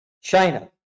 China